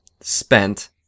spent